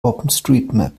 openstreetmap